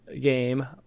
game